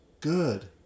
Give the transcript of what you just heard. good